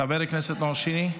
חבר הכנסת נאור שירי,